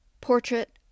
Portrait